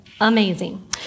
amazing